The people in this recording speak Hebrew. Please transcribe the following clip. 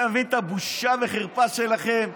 אתה מבין את הבושה וחרפה שלכם?